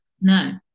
No